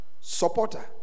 supporter